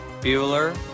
Bueller